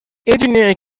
engineering